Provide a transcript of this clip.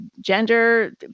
gender